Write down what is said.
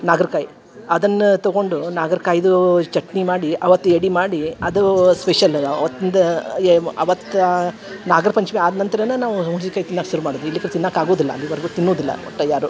ನಾಗ್ರ ಕಾಯಿ ಅದನ್ನು ತೊಗೊಂಡು ನಾಗ್ರ ಕಾಯಿದ್ದು ಚಟ್ನಿ ಮಾಡಿ ಅವತ್ತು ಎಡೆ ಮಾಡಿ ಅದು ಸ್ಪೆಷಲ್ ಅವತ್ತಿಂದು ಏನು ಅವತ್ತು ನಾಗ್ರ ಪಂಚ್ಮಿ ಆದ ನಂತ್ರನೇ ನಾವು ಹುಣ್ಸೆಕಾಯಿ ತಿನ್ನಕ್ಕೆ ಶುರು ಮಾಡುವುದು ಇಲ್ದಿದ್ರೆ ತಿನ್ನಕ್ಕೆ ಆಗುವುದಿಲ್ಲ ಅಲ್ಲಿವರೆಗೂ ತಿನ್ನುವುದಿಲ್ಲ ಒಟ್ಟು ಯಾರೂ